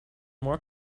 more